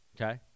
Okay